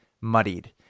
muddied